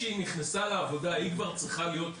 נכנסה לעבודה היא כבר צריכה להיות מוסמכת,